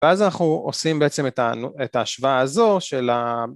ואז אנחנו עושים בעצם את ההשוואה הזו של ה...